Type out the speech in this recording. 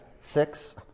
six